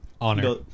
honor